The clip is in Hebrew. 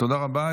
תודה רבה.